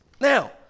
Now